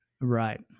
Right